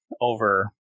over